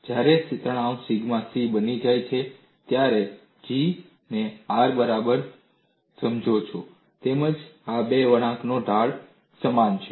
જ્યારે તણાવ sigma c બની જાય છે ત્યારે તમે G ને R ની બરાબર સમજો છો તેમજ આ બે વળાંકોના ઢાળ સમાન છે